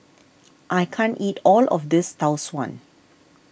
I can't eat all of this Tau Suan